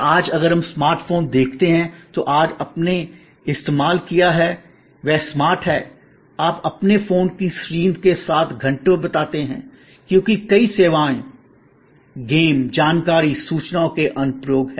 और आज अगर आप स्मार्ट फोन देखते हैं जो आपने इस्तेमाल किया है वे स्मार्ट हैं आप अपने फोन की स्क्रीन के साथ घंटों बिताते हैं क्योंकि कई सेवाओं गेम जानकारी सूचनाओं के अनुप्रयोग